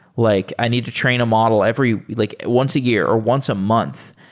like i need to train a model every like once a year or once a month.